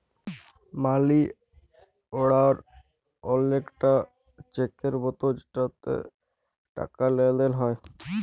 মালি order অলেকটা চ্যাকের মতো যেটতে টাকার লেলদেল হ্যয়